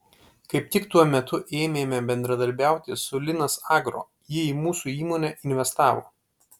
kaip tik tuo metu ėmėme bendradarbiauti su linas agro jie į mūsų įmonę investavo